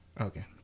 Okay